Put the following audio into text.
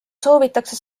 soovitakse